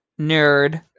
Nerd